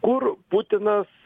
kur putinas